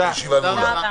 הישיבה נעולה.